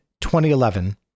2011